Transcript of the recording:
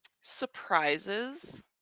surprises